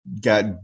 got